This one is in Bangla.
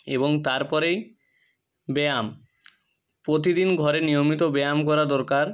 এবং তারপরেই ব্যায়াম প্রতিদিন ঘরে নিয়মিত ব্যায়াম করা দরকার